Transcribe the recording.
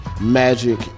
Magic